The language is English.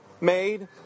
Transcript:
made